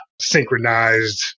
synchronized